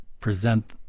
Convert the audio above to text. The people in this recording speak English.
present